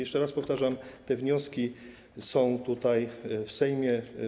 Jeszcze raz powtarzam: te wnioski są w Sejmie.